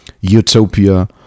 utopia